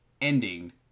ending